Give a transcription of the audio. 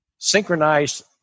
synchronized